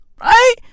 Right